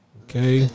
okay